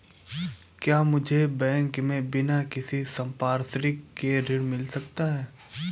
क्या मुझे बैंक से बिना किसी संपार्श्विक के ऋण मिल सकता है?